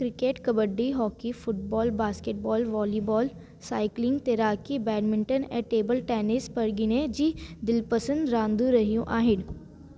cricket kabaddi hockey football basketball volleyball cycling तैराकी badminton ऐं table tennis परगिणे जी दिलपसंदि रांदियूं रहियूं आहिनि